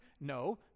no